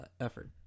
effort